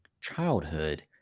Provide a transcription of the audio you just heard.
childhood